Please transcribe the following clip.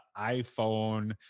iphone